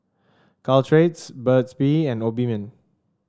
Caltrate's Burt's Bee and Obimin